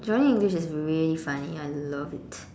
Johnny English is really funny I love it